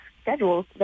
schedules